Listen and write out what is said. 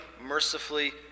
mercifully